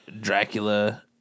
Dracula